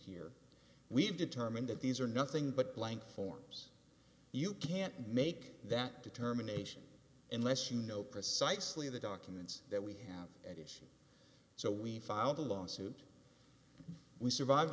here we've determined that these are nothing but blank forms you can't make that determination unless you know precisely the documents that we have at issue so we filed a lawsuit we survived